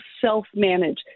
self-manage